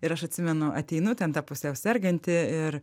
ir aš atsimenu ateinu ten ta pusiau serganti ir